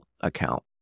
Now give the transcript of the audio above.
account